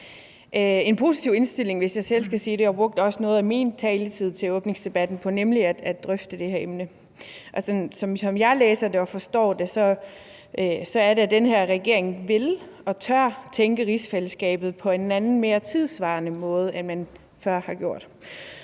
jeg brugte nemlig også noget af min taletid ved åbningsdebatten på at drøfte det her emne. Og som jeg læser det og forstår det, så er det, at den her regering vil og tør tænke rigsfællesskabet på en anden og mere tidsvarende måde, end man før har gjort.